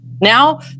Now